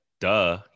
duh